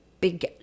big